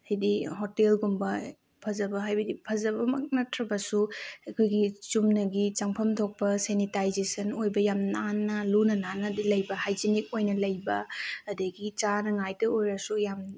ꯍꯥꯏꯗꯤ ꯍꯣꯇꯦꯜꯒꯨꯝꯕ ꯐꯖꯕ ꯍꯥꯏꯕꯗꯤ ꯐꯖꯕꯃꯛ ꯅꯠꯇ꯭ꯔꯕꯁꯨ ꯑꯩꯈꯣꯏꯒꯤ ꯆꯨꯝꯅꯒꯤ ꯆꯪꯐꯝ ꯊꯣꯛꯄ ꯁꯦꯅꯤꯇꯥꯏꯖꯦꯁꯟ ꯑꯣꯏꯕ ꯌꯥꯝ ꯅꯥꯟꯅ ꯂꯨꯅ ꯅꯥꯟꯅꯗꯤ ꯂꯩꯕ ꯍꯥꯏꯖꯤꯅꯤꯛ ꯑꯣꯏꯅ ꯂꯩꯕ ꯑꯗꯨꯗꯒꯤ ꯆꯥꯅꯉꯥꯏꯗ ꯑꯣꯏꯔꯁꯨ ꯌꯥꯝ